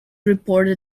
reported